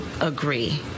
agree